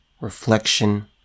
reflection